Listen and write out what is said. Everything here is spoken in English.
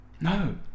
No